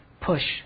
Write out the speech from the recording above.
push